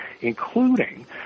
including